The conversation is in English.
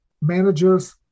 managers